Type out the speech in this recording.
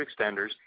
extenders